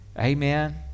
amen